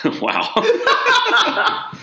Wow